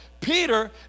Peter